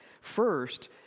First